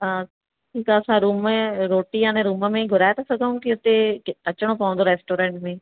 हा ठीकु आहे असां रूम रोटी आने रूम में घुराइ था सघूं की हुते अचणो पोवंदो रैस्टोरंट में